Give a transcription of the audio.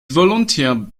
volunteer